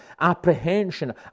apprehension